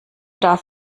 darf